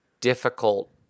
difficult